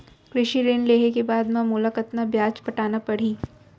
कृषि ऋण लेहे के बाद म मोला कतना ब्याज पटाना पड़ही?